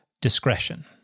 discretion